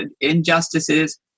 injustices